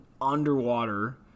underwater